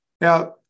Now